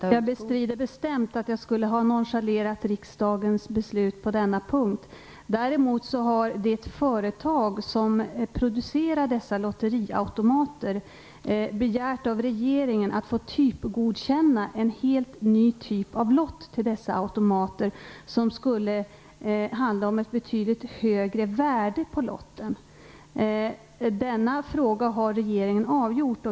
Fru talman! Jag bestrider bestämt att jag skulle ha nonchalerat riksdagens beslut på denna punkt. Däremot har det företag som producerar dessa lotteriautomater begärt att få typgodkänna en helt ny typ av lott till dessa automater. Det skulle handla om en lott med betydligt högre värde. Den frågan har regeringen nu avgjort.